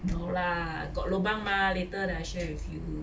no lah got lobang mah later then I share with you